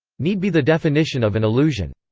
need be the definition of an illusion.